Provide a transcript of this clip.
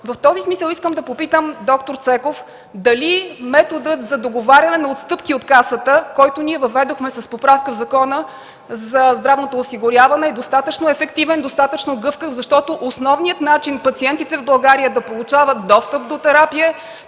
В този смисъл искам да попитам д-р Цеков: дали методът за договаряне на отстъпки от Касата, който ние въведохме с поправка в Закона за здравното осигуряване, е достатъчно ефективен и гъвкав, защото основният начин пациентите в България да получават достъп до терапия